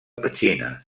petxina